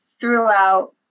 throughout